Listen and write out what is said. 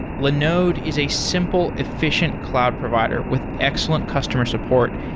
linode is a simple, efficient cloud provider with excellent customer support,